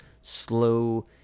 slow